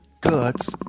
guts